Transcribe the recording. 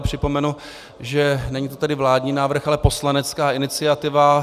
Připomenu, že není to vládní návrh, ale poslanecká iniciativa.